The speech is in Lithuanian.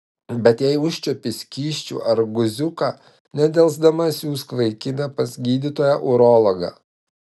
bet jei užčiuopi skysčių ar guziuką nedelsdama siųsk vaikiną pas gydytoją urologą